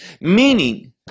Meaning